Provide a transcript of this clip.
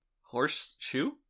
Horseshoe